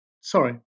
sorry